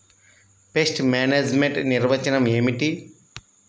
Pest management నిర్వచనం ఏమిటి?